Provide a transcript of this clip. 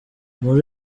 muri